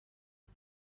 اما